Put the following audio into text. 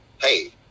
hey